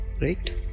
right